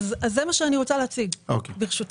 זה מה שאני רוצה להציג, ברשותכם.